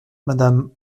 madame